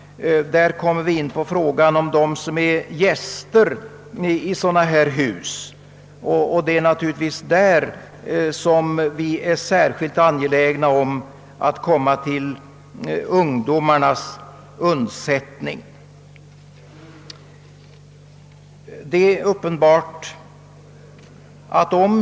Där kommer vi in på frågan om dem som är gäster i sådana här hus. Vi är naturligtvis särskilt angelägna om att komma till ungdomarnas undsättning.